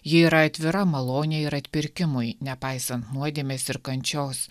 ji yra atvira malonei ir atpirkimui nepaisan nuodėmės ir kančios